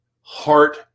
heart